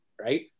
right